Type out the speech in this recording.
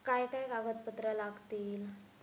काय काय कागदपत्रा लागतील?